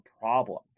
problem